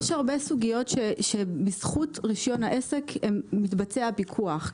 יש הרבה סוגיות שבזכות רישיון העסק מתבצע פיקוח.